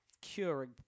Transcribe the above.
curing